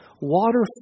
water